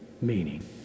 meaning